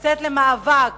לצאת למאבק